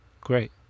Great